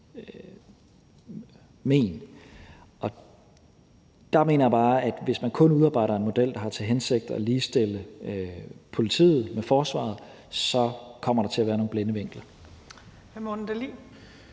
men? Og der mener jeg bare, at hvis man kun udarbejder en model, der har til hensigt at ligestille politiet med forsvaret, kommer der til at være nogle blinde vinkler. Kl. 16:53 Tredje